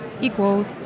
equals